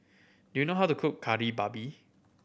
do you know how to cook Kari Babi